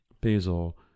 basil